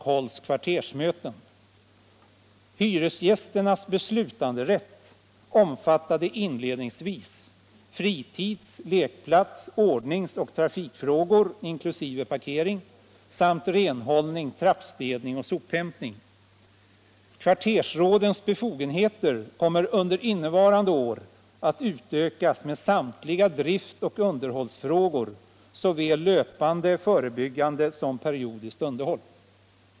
Hyresgästernas beslutanderätt omfattade inledningsvis fritids-, lekplats-, ordningsoch trafikfrågor inkl. parkering samt renhållning, trappstädning och sophämtning. Kvartersrådens befogenheter kommer under innevarande år att utökas med samtliga driftoch underhållsfrågor, i vad avser såväl löpande som förebyggande och periodiskt underhåll.